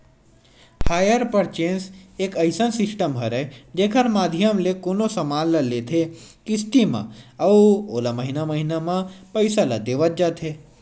hire purchase एक अइसन system हरय जेखर माधियम ले कोनो समान ल लेथे किस्ती म अउ ओला महिना महिना म पइसा ल देवत जाथे